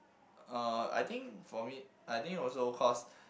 uh I think for me I think also cause